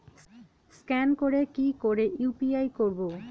Scan করে কি করে ইউ.পি.আই করবো?